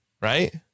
Right